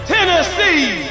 Tennessee